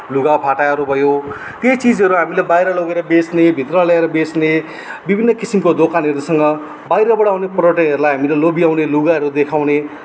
लुगा फाटाहरू भयो केही चिजहरू हामीले बाहिर लगेर बेच्ने भित्र ल्याएर बेच्ने विभिन्न किसिमको दोकानहरूसँग बाहिरबाट आउने पर्यटकहरूलाई हामीले लोभ्याउने लुगाहरू देखाउने